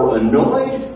annoyed